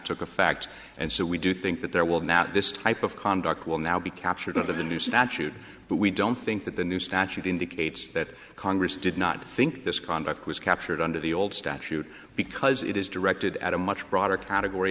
took a fact and so we do think that there will not this type of conduct will now be captured into the new statute but we don't think that the new statute indicates that congress did not think this conduct was captured under the old statute because it is directed at a much broader category